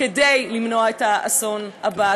כדי למנוע את האסון הבא.